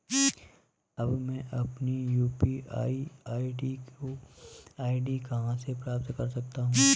अब मैं अपनी यू.पी.आई आई.डी कहां से प्राप्त कर सकता हूं?